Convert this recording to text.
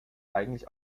eigentlich